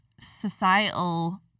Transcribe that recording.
societal